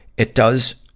it does